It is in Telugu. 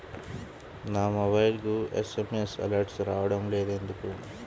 నా మొబైల్కు ఎస్.ఎం.ఎస్ అలర్ట్స్ రావడం లేదు ఎందుకు?